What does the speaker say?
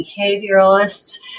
behavioralists